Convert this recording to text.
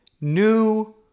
new